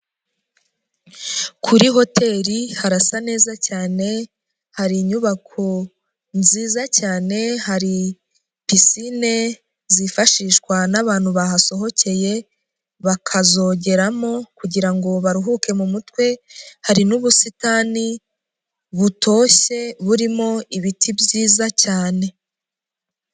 Kuri hoteli harasa neza cyane, hari inyubako nziza cyane, hari pisine zifashishwa n'abantu bahasohokeye bakazogeramo kugirango baruhuke mu mutwe, hari n'ubusitani butoshye burimo ibiti byiza cyane.